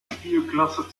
spielklasse